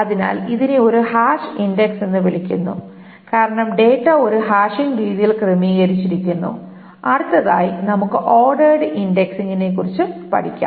അതിനാൽ ഇതിനെ ഒരു ഹാഷ് ഇൻഡക്സ് എന്ന് വിളിക്കുന്നു കാരണം ഡാറ്റ ഒരു ഹാഷിംഗ് രീതിയിൽ ക്രമീകരിച്ചിരിക്കുന്നു അടുത്തതായി നമുക്ക് ഓർഡേർഡ് ഇന്ഡക്സിനെക്കുറിച്ച് പഠിക്കാം